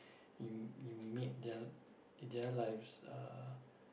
you you made their their lives uh